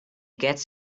gets